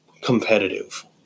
competitive